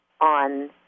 on